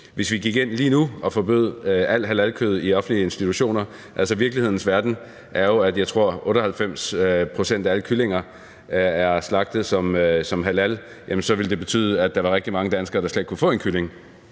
vi gå ind lige nu og forbyde halalkød i offentlige institutioner? Altså, virkelighedens verden er jo, at jeg tror, at 98 pct. af alle kyllinger er halalslagtet, så det ville betyde, at der var rigtig mange danskere, der slet ikke kunne få en kylling.